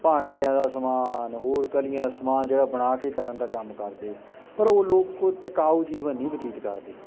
ਭਾਂਡਿਆਂ ਦਾ ਸਮਾਨ ਹੋਰ ਕਲੀਆਂ ਦਾ ਸਮਾਨ ਜਿਹੜਾ ਬਣਾ ਕੇ ਕਰਨ ਦਾ ਕੰਮ ਕਰਦੇ ਪਰ ਉਹ ਲੋਕ ਕੋਈ ਟਿਕਾਊ ਜੀਵਨ ਨਹੀਂ ਬਤੀਤ ਕਰਦੇ